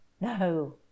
No